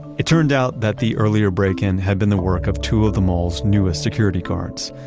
it turned out that the earlier break-in had been the work of two of the malls newest security guards.